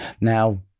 Now